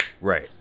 Right